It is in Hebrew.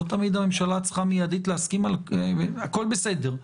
לא תמיד הממשלה צריכה מיידית להסכים הכול בסדר.